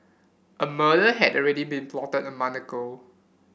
a murder had already been plotted a month ago